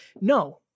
No